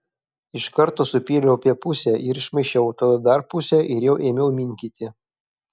iš karto supyliau apie pusę ir išmaišiau tada dar pusę ir jau ėmiau minkyti